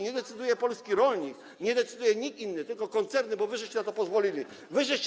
nie decyduje polski rolnik, nie decyduje nikt inny, tylko koncerny, bo wy na to pozwoliliście.